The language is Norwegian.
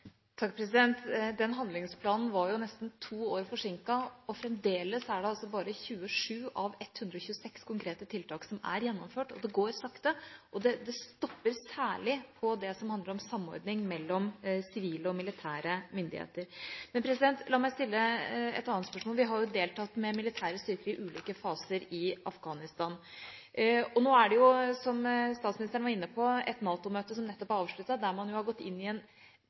bare 27 av 126 konkrete tiltak som er gjennomført. Det går sakte, og det stopper særlig på det som handler om samordning mellom sivile og militære myndigheter. Vi har jo deltatt med militære styrker i ulike faser i Afghanistan. Et NATO-møte – som statsministeren var inne på – er nettopp avsluttet. Der har man gått inn i en